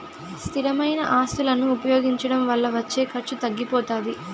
స్థిరమైన ఆస్తులను ఉపయోగించడం వల్ల వచ్చే ఖర్చు తగ్గిపోతాది